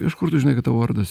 iš kur tu žinai kad tavo vardas